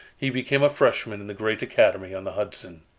he became a freshman in the great academy on the hudson.